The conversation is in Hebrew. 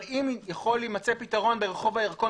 אבל אם יכול להימצא פתרון ברחוב הירקון